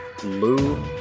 blue